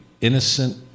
innocent